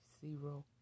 zero